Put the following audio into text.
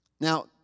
Now